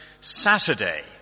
Saturday